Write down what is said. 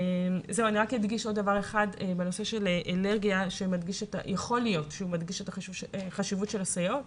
אני רוצה להדגיש דבר אחד שיכול להיות שמדגיש את חשיבות הסייעות.